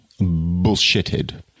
bullshitted